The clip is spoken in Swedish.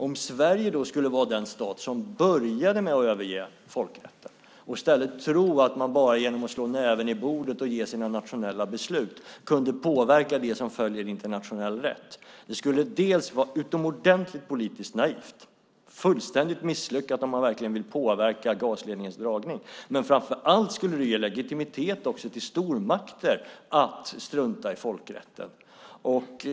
Om Sverige skulle vara den stat som började med att överge folkrätten och i stället tro att man bara genom att slå näven i bordet och delge sina nationella beslut kunde påverka det som följer internationell rätt skulle det vara utomordentligt politiskt naivt och fullständigt misslyckat om man verkligen vill påverka gasledningens dragning. Men framför allt skulle det ge legitimitet också till stormakter att strunta i folkrätten.